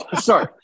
sorry